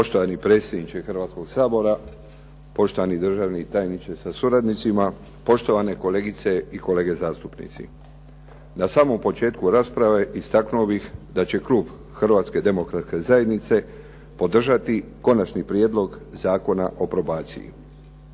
Poštovani predsjedniče Hrvatskog sabora, poštovani državni tajniče sa suradnicima, poštovane kolegice i kolege zastupnici. Na samom početku rasprave istaknuo bih da će klub HDZ-a podržati konačni prijedlog Zakona o probaciji.